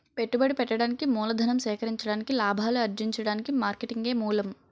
పెట్టుబడి పెట్టడానికి మూలధనం సేకరించడానికి లాభాలు అర్జించడానికి మార్కెటింగే మూలం